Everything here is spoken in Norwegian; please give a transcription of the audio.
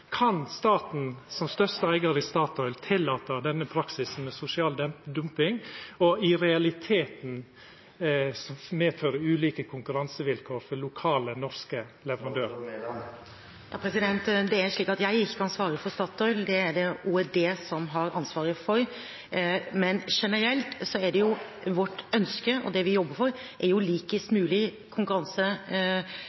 Kan staten som største eigar i Statoil tillate denne praksisen med sosial dumping, som i realiteten medfører ulike konkurransevilkår for lokale norske leverandørar? Det er slik at jeg ikke kan svare for Statoil, det er det OED som har ansvaret for. Men generelt er vårt ønske – og det vi jobber for – likest